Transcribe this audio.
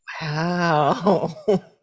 Wow